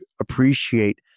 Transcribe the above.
appreciate